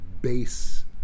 base